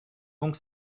donc